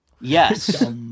yes